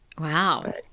Wow